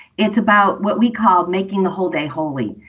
it's about what we call making the whole day holy.